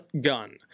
gun